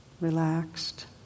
relaxed